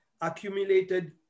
accumulated